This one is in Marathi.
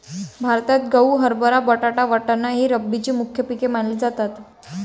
भारतात गहू, हरभरा, बटाटा, वाटाणा ही रब्बीची मुख्य पिके मानली जातात